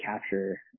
capture